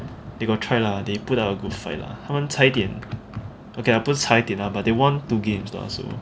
they got try lah they put up a good fight lah 他们差一点 okay 不是差一点 lah but they won two games lah so